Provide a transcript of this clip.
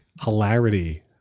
hilarity